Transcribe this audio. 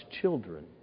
children